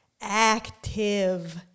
Active